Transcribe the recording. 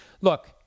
look